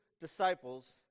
disciples